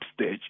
stage